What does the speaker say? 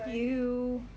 !eww!